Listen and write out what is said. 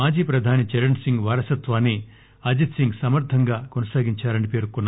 మాజీ ప్రధాని చరణ్ సింగ్ వారసత్వాన్ని అజిత్ సింగ్ సమర్థంగా కొనసాగించారని పేర్కొన్నారు